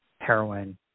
heroin